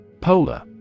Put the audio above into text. Polar